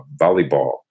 volleyball